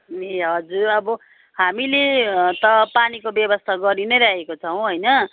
ए हजुर अब हामीले त पानीको व्यवस्था गरिनै रहेको छौ होइन